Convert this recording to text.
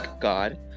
god